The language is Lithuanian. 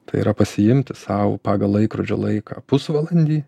tai yra pasiimti sau pagal laikrodžio laiką pusvalandį